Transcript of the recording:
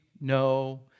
no